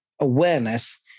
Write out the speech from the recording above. awareness